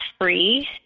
Free